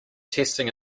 testing